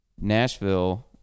Nashville